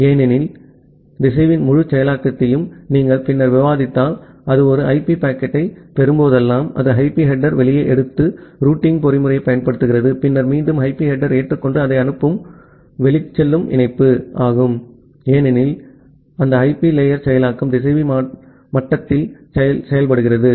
ஏனெனில் திசைவியின் முழு செயலாக்கத்தையும் நீங்கள் பின்னர் விவாதித்தால் அது ஒரு ஐபி பாக்கெட்டைப் பெறும்போதெல்லாம் அது ஐபி ஹெட்டெர் வெளியே எடுத்து ரூட்டிங் பொறிமுறையைப் பயன்படுத்துகிறது பின்னர் மீண்டும் ஐபி ஹெட்டெர் ஏற்றுக்கொண்டு அதை அனுப்பவும் வெளிச்செல்லும் இணைப்பு ஏனெனில் அந்த ஐபி லேயர் செயலாக்கம் திசைவி மட்டத்தில் செய்யப்படுகிறது